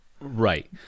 right